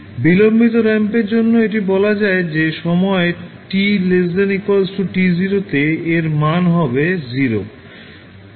বিলম্বিত র্যাম্পের জন্য এটি বলা যায় যে সময় t ≤ t0 তে এর মান হবে 0